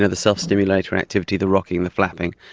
ah the self-stimulatory activity, the rocking, the flapping,